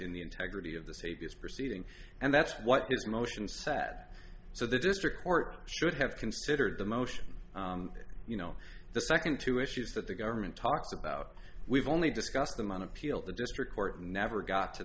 in the integrity of the state is proceeding and that's what his motion sat so the district court should have considered the motion that you know the second two issues that the government talks about we've only discussed them on appeal the district court never got to